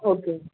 okay